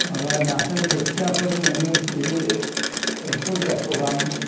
माबा नास्राइ बोथियाफोर मोनो बेबो एक्स' देरस' गाहाम